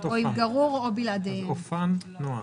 לאופניים חשמליים,